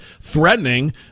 threatening